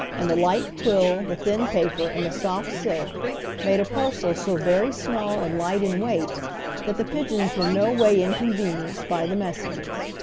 and the light quill, the thin paper, and the soft silk made a parcel so very small and light in weight that the pigeons were no way inconvenienced by the messages.